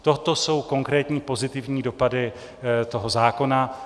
Toto jsou konkrétní pozitivní dopady zákona.